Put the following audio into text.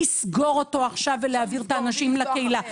לסגור אותו עכשיו ולהעביר את האנשים לקהילה.